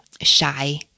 shy